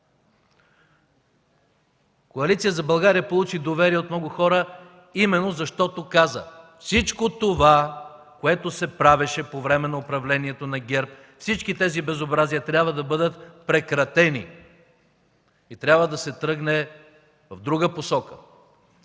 Коалиция за България получи доверие от много хора, именно защото каза: всичко това, което се правеше по време на управлението на ГЕРБ, всички тези безобразия трябва да бъдат прекратени и трябва да се тръгне в друга посока.